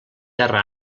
terra